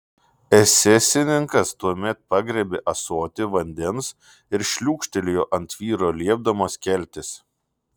esesininkas tuomet pagriebė ąsotį vandens ir šliūkštelėjo ant vyro liepdamas keltis